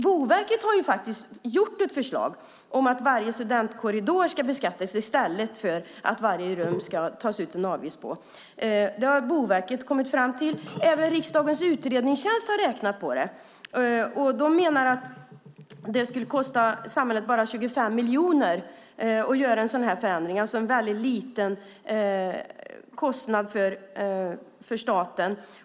Boverket har ett förslag om att varje studentkorridor ska beskattas i stället för att det ska tas ut en avgift på varje rum. Det har Boverket kommit fram till. Även riksdagens utredningstjänst har räknat på detta. De menar att det skulle kosta samhället bara 25 miljoner att göra en sådan här förändring. Det är alltså en väldigt liten kostnad för staten.